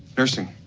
nursing